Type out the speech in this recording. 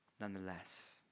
nonetheless